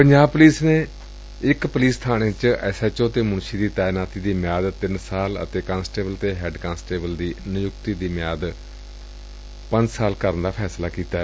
Punjab police ਨੇ ਇਕ police ਬਾਣੇ ਵਿੱਚ ਐਸਐਚਓ ਅਤੇ ਮੁਨਸੀ ਦੀ ਤਾਇਨਾਤੀ ਦੀ ਮਿਆਦ ਤਿੰਨ ਸਾਲ ਅਤੇ ਕਾਂਸਟੇਬਲ ਅਤੇ ਹੈਡ ਕਾਂਸਟੇਬਲ ਦੀ ਨਿਯੁਕਤੀ ਦੀ ਮਿਆਦ ਪੰਜ ਸਾਲ ਕਰਨ ਦਾ ਫੈਸਲਾ ਕੀਤੈ